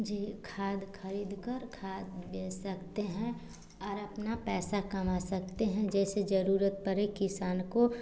जी खाद खरीदकर खाद बेच सकते हैं और अपना पैसा कमा सकते हैं जैसे ज़रूरत पड़े किसान को